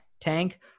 tank